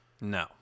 No